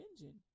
engine